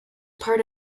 part